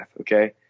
okay